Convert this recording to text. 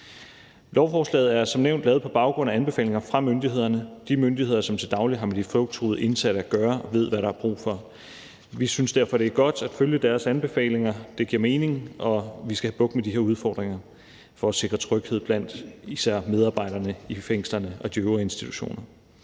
Lovforslaget er som nævnt lavet på baggrund af anbefalinger fra myndighederne – de myndigheder, som til daglig har med de flugttruede indsatte at gøre og ved, hvad der er brug for. Vi synes derfor, det er godt at følge deres anbefalinger. Det giver mening, og vi skal have bugt med de her udfordringer for at sikre tryghed blandt især medarbejderne i fængslerne og de øvrige institutioner.